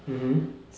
mmhmm